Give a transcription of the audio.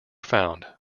found